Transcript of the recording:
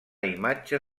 imatge